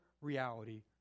reality